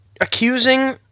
accusing